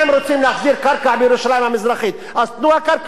אז תנו את הקרקעות שלקחתם בירושלים המערבית.